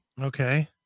Okay